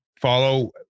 follow